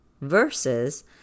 versus